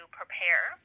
prepare